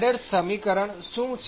આદર્શ સમીકરણ શું છે